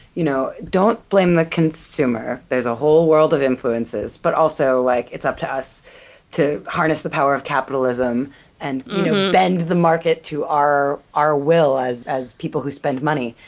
you know, don't blame the consumer, there's a whole world of influences. but also like, it's up to us to harness the power of capitalism and bend the market to our our will, as as people who spend money.